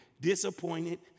disappointed